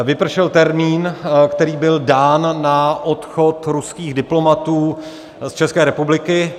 Vypršel termín, který byl dán na odchod ruských diplomatů z České republiky.